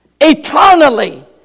eternally